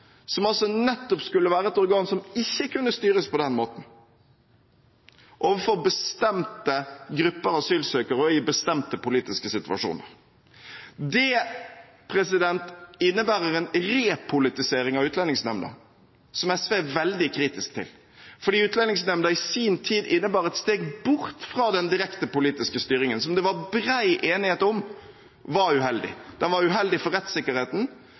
nettopp skulle være et organ som ikke kunne styres på den måten, overfor bestemte grupper asylsøkere og i bestemte politiske situasjoner. Det innebærer en repolitisering av Utlendingsnemnda, som SV er veldig kritisk til, fordi Utlendingsnemnda i sin tid innebar et steg bort fra den direkte politiske styringen, som det var bred enighet om var uheldig. Den var uheldig for rettssikkerheten,